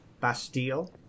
Bastille